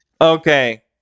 okay